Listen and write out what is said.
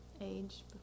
Age